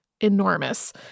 enormous